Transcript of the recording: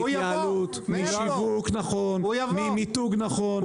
מהתייעלות, משיווק נכון, ממיתוג נכון.